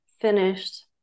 finished